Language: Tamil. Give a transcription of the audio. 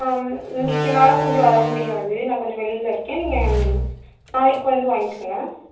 ஆ இன்னைக்கி என்னால் கொஞ்சம் வர முடியாது நான் கொஞ்சம் வெளியில் இருக்கேன் நீங்கள் நாளைக்கு வந்து வாங்கிக்கங்க